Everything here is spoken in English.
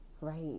right